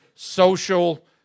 Social